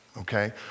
okay